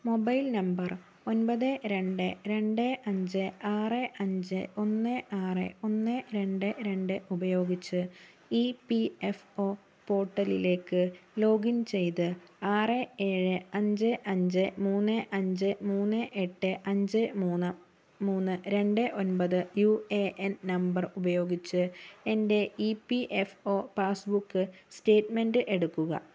mobile number ഒൻപത് രണ്ട് രണ്ട് അഞ്ച് ആറ് അഞ്ച് ഒന്ന് ആറ് ഒന്ന് രണ്ട് രണ്ട് ഉപയോഗിച്ച് ഇ പി എഫ് ഒ പോർട്ടലിലേക്ക് ലോഗിൻ ചെയ്ത് ആറ് ഏഴ് അഞ്ച് അഞ്ച് മൂന്ന് അഞ്ച് മൂന്ന് എട്ട് അഞ്ച് മൂന്ന് മൂന്ന് രണ്ട് ഒൻപത് യു എ എൻ നമ്പർ ഉപയോഗിച്ച് എൻ്റെ E P F O passbook statement എടുക്കുക